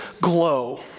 glow